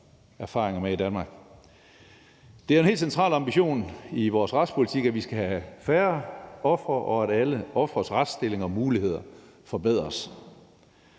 erfaringer med i Danmark. Det er en helt central ambition i vores retspolitik, at vi skal have færre ofre, og at alle ofres retsstilling og muligheder forbedres.